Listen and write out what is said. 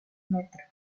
metro